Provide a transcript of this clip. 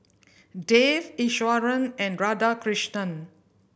Dev Iswaran and Radhakrishnan